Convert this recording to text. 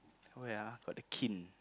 oh ya got the kin